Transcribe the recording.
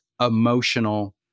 emotional